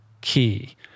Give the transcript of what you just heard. key